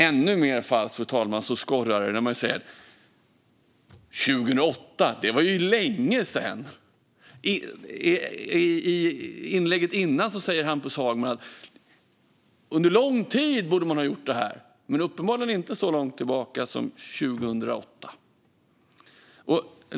Ännu mer falskt, fru talman, skorrar det när man säger: 2008, det var ju länge sedan. I inlägget innan sa Hampus Hagman: Under lång tid borde man ha gjort det här. Men uppenbarligen var det inte så långt tillbaka som 2008.